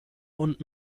und